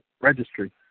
registry